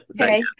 okay